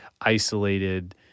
isolated